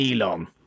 Elon